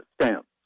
stamps